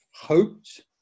hoped